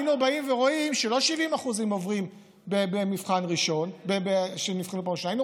היינו רואים שלא 70% עוברים כשהם נבחנים בפעם ראשונה,